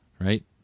right